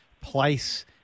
place